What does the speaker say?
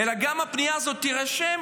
אלא שהפנייה הזאת גם תירשם,